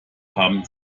haben